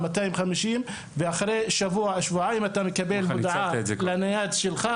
250 ואחרי שבוע שבועיים אתה מקבל הודעה לנייד שלך